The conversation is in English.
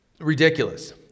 ridiculous